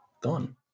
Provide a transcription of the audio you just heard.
gone